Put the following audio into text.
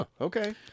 Okay